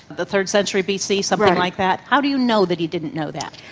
the third century bc, something like that, how do you know that he didn't know that?